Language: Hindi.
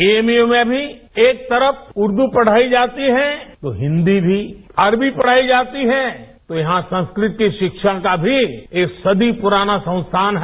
एएमयू में भी एक तरफ उर्दू पढ़ाई जाती है तो हिन्दी भी अरबी पढ़ाई जाती है तो यहां संस्कृत की शिक्षा का भी एक सदी पुराना संस्थान है